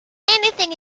anything